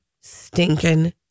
stinking